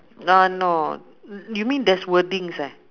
no no you mean there's wordings eh